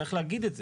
צריך להגיד את זה,